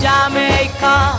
Jamaica